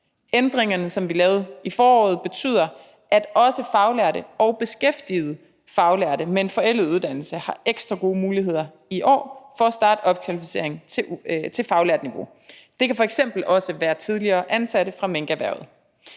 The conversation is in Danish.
Ændringerne, som vi lavede i foråret, betyder, at også faglærte og beskæftigede faglærte med en forældet uddannelse har ekstra gode muligheder i år for at starte opkvalificering til faglært niveau. Det kan f.eks. også være tidligere ansatte fra minkerhvervet.